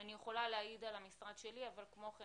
אני יכולה להעיד על המשרד שלי אבל כמו כן,